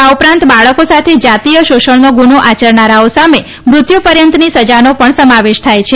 આ ઉપરાંત બાળકો સાથે જાતિય શોષણનો ગુનો આચરનારાઓ સામે મૃત્યુ પર્યન્તની સજાનો પણ સમાવેશ થાય છે